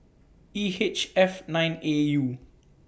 E H F nine A U